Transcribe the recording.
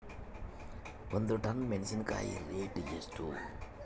ಒಂದು ಟನ್ ಮೆನೆಸಿನಕಾಯಿ ರೇಟ್ ಎಷ್ಟು?